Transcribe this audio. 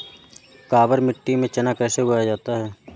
काबर मिट्टी में चना कैसे उगाया जाता है?